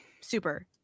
super